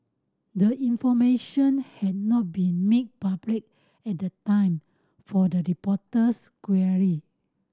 the information had not been made public at the time for the reporter's query